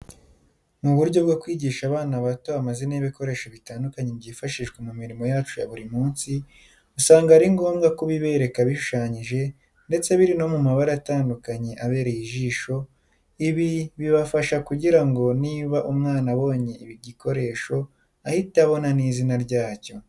Mu buryo bwo kwigisha abana bato amazina y'ibikoresho bitandukanye byifashishwa mu mirimo yacu ya buri munsi, usanga ari ngombwa ko ubibereka bishushanyije ndetse biri no mu mabara atandukanye abereye ijisho, ibi bibafasha kugira ngo niba umwana abonye igikoresho ahite abona n'izina ryacyo.